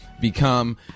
become